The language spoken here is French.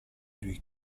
dhuicq